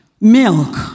milk